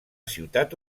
ciutat